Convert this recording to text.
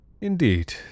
indeed